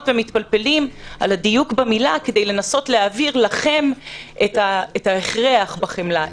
ומתפלפלים על הדיוק במילה כדי לנסות להעביר לכם את ההכרח בחמלה,